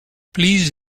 please